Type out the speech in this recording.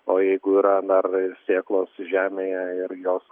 o jeigu yra na ar sėklos žemėje ir jos